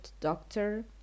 doctor